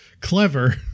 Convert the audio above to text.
clever